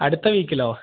അടുത്ത വീക്കിലോ